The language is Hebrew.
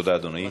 תודה, אדוני.